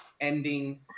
ending